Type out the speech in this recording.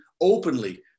openly